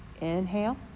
Inhale